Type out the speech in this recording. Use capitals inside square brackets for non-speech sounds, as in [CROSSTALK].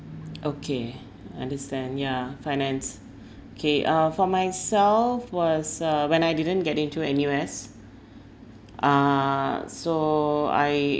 okay understand ya finance [BREATH] kay uh for myself was uh when I didn't get into N_U_S uh so I